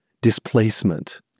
displacement